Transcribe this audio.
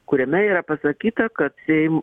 kuriame yra pasakyta kad seimo